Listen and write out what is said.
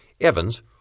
Evans